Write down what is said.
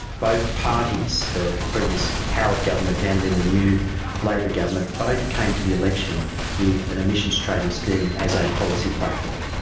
both parties, the previous howard government and then the new labor government, both came to the election with an emissions trading scheme as a policy platform,